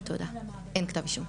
אין כתב אישום.